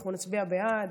אנחנו נצביע בעד,